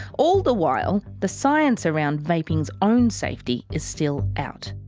all the while, the science around vaping's own safety is still out.